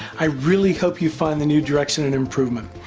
i really hope you find the new direction an improvement.